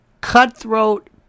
cutthroat